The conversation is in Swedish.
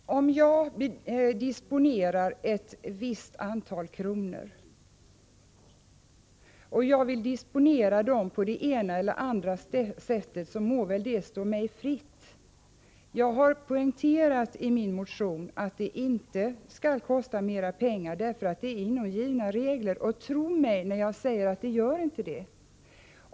Herr talman! Om jag förfogar över ett visst antal kronor och vill disponera dem på det ena eller andra sättet, må väl det stå mig fritt. Jag har poängterat i min motion att det inte skall kosta mera pengar — tro mig när jag säger att det inte gör det — därför att det är inom givna regler.